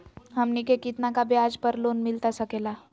हमनी के कितना का ब्याज पर लोन मिलता सकेला?